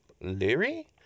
leary